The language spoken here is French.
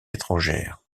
étrangères